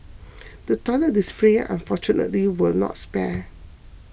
the toilet displays unfortunately were not spared